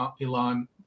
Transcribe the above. elon